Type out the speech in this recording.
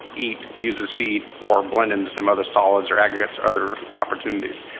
eat, use as feed, or blend into some other solids or aggregates, other opportunities.